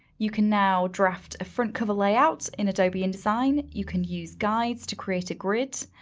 you can now draft a front cover layout in adobe indesign. you can use guides to create a grid.